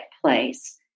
place